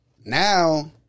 now